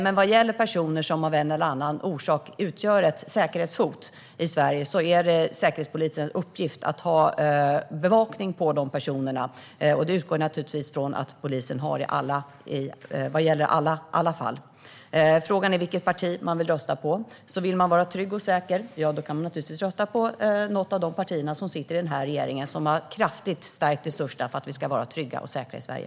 Men vad gäller personer som av en eller annan orsak utgör ett säkerhetshot i Sverige är det Säkerhetspolisens uppgift att ha bevakning på dessa personer, och det utgår jag naturligtvis från att polisen har i alla sådana fall. Svaret på frågan om vilket parti man ska rösta på är att om man vill vara trygg och säker ska man naturligtvis rösta på något av de partier som sitter i den här regeringen, som kraftigt har stärkt resurserna för att vi ska vara trygga och säkra i Sverige.